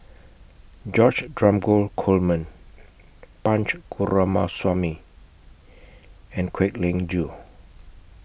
George Dromgold Coleman Punch Coomaraswamy and Kwek Leng Joo